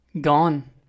Gone